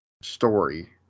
story